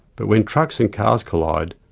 but when trucks and cars collide,